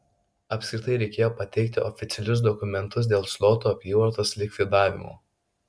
apskritai reikėjo pateikti oficialius dokumentus dėl zlotų apyvartos likvidavimo